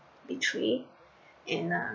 betrayed and uh